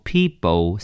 People